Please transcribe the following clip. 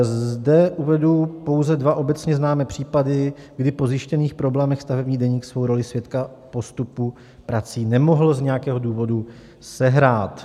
Zde uvedu pouze dva obecně známé případy, kdy po zjištěných problémech stavební deník svou roli svědka postupu prací nemohl z nějakého důvodu sehrát.